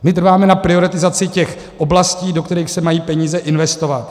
My trváme na prioritizaci těch oblastí, do kterých se mají peníze investovat.